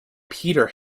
peter